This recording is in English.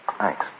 Thanks